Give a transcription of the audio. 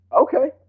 Okay